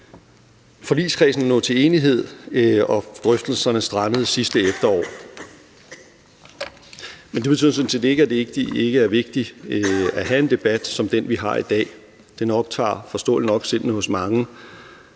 forligskredsen at nå til enighed, og drøftelserne strandede sidste efterår, men det betyder sådan set ikke, at det ikke er vigtigt at have en debat som den, vi har i dag. Den optager forståeligt nok sindene hos mange,